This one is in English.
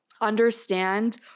Understand